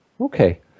okay